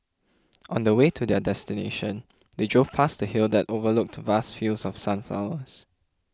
on the way to their destination they drove past a hill that overlooked vast fields of sunflowers